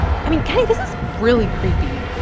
i mean, kenny, this is really creepy.